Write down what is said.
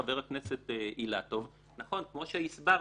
לשאלתך, חבר הכנסת אילטוב: נכון, כמו שהסברתי: